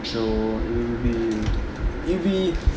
so it will be if we